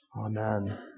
Amen